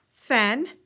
Sven